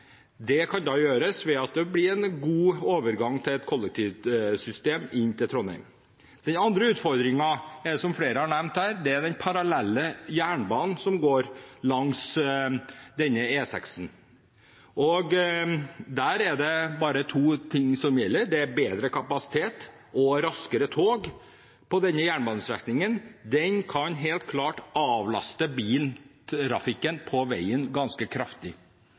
Det kan gjøres ved at det blir en god overgang til et kollektivsystem inn til Trondheim. Den andre utfordringen som flere har nevnt her, er jernbanen som går parallelt med E6. Der er det bare to ting som gjelder. Det er bedre kapasitet og raskere tog på denne jernbanestrekningen. Den kan helt klart avlaste biltrafikken på veien ganske kraftig,